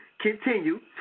Continue